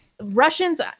Russians